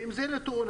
ואם זה לא תאונה,